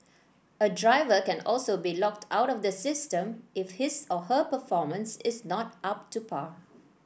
a driver can also be locked out of the system if his or her performance is not up to par